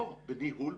לא, בניהול.